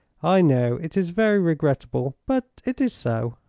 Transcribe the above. i know. it is very regrettable, but it is so.